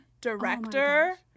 director